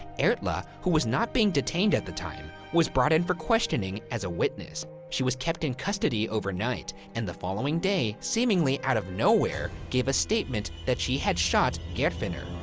erla, who was not being detained at the time, was brought in for questioning as a witness. she was kept in custody overnight, and the following day, seemingly out of nowhere, gave a statement that she had shot geirfinnur.